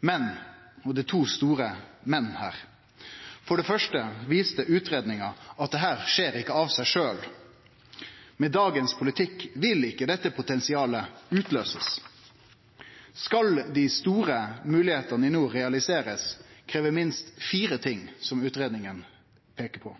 Men – og det er to store men her: For det første viste utgreiinga at dette ikkje skjer av seg sjølv. Med dagens politikk vil ikkje dette potensialet utløysast. Skal dei store moglegheitene i nord realiserast, krev det minst fire ting, som utgreiinga peiker på: